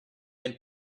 and